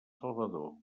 salvador